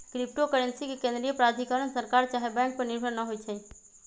crypto currency के केंद्रीय प्राधिकरण सरकार चाहे बैंक पर निर्भर न होइ छइ